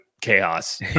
chaos